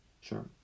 sure